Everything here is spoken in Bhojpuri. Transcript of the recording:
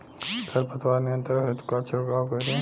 खर पतवार नियंत्रण हेतु का छिड़काव करी?